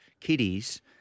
kitties